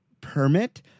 permit